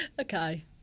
Okay